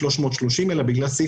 ארנונה.